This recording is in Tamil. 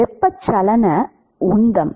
வெப்பச்சலன உந்தம்